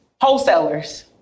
wholesalers